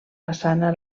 façana